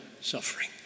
suffering